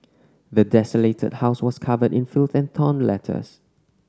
the desolated house was covered in filth and torn letters